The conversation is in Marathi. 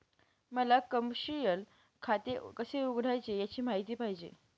मला कमर्शिअल खाते कसे उघडायचे याची माहिती पाहिजे